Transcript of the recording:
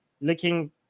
looking